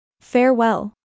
Farewell